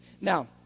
Now